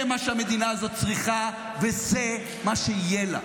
זה מה שהמדינה הזאת צריכה, וזה מה שיהיה לה.